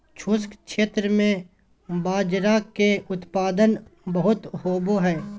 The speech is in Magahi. शुष्क क्षेत्र में बाजरा के उत्पादन बहुत होवो हय